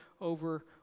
over